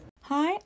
hi